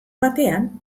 batean